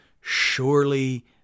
surely